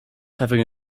having